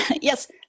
Yes